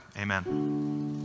amen